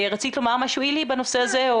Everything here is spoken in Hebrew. רציתי לומר משהו, אילי, בנושא הזה?